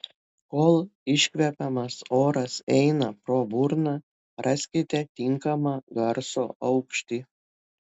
kol iškvepiamas oras eina pro burną raskite tinkamą garso aukštį